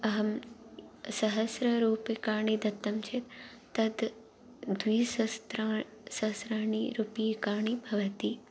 अहं सहस्ररूप्यकाणि दत्तं चेत् तद् द्विसहस्रं सहस्राणि रूप्यकाणि भवन्ति